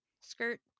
skirt